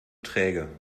träge